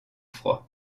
froid